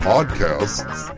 Podcasts